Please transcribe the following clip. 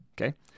okay